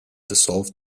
dissolved